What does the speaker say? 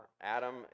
Adam